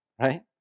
right